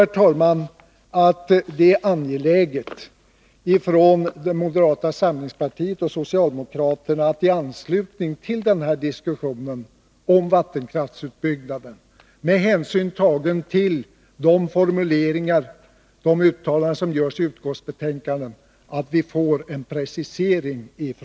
Jag tror att det är angeläget att vi får en precisering från moderata samlingspartiet och socialdemokraterna i anslutning till diskussionen om vattenkraftsutbyggnaden, med hänsyn tagen till de formuleringar och de uttalanden som görs i betänkandena.